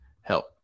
help